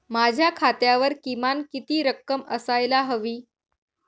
माझ्या खात्यावर किमान किती रक्कम असायला हवी?